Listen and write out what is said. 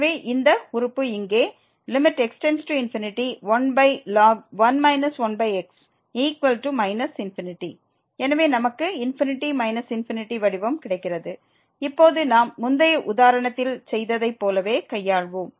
எனவே இந்த உறுப்பு இங்கே x→∞1ln 1 1x ∞ எனவே நமக்கு ∞∞ வடிவம் கிடைக்கிறது இப்போது நாம் முந்தைய உதாரணத்தில் செய்ததைப் போலவே கையாள்வோம்